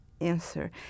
answer